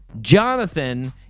Jonathan